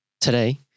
today